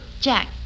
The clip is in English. Jack